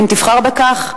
אם תבחר בכך,